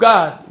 God